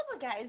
guys